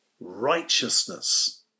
righteousness